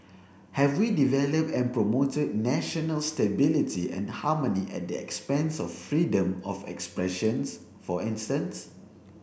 have we developed and promoted national stability and harmony at the expense of freedom of expression for instance